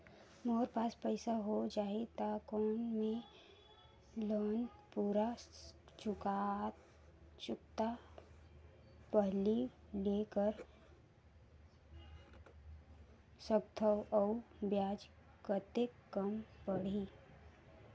मोर पास पईसा हो जाही त कौन मैं लोन पूरा चुकता पहली ले कर सकथव अउ ब्याज कतेक कम पड़ही?